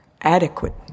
adequate